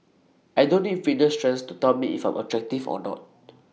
I don't need fitness trends to tell me if I'm attractive or not